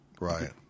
Right